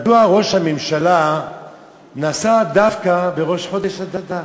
מדוע ראש הממשלה נסע דווקא בראש חודש אדר?